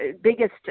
biggest